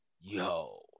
yo